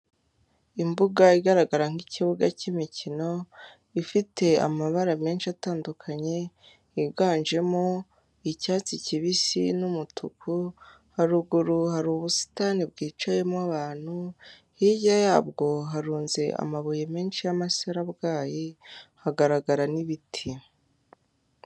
Imbuga igaragara nk'ikibuga k'imikino ifite amabara menshi atandukanye, yiganjemo icyatsi kibisi n'umutuku, haruguru hari ubusitani bwicayemo abantu hirya yabwo harunze amabuye menshi y'amasarabwayi hagaragara n'ibiti.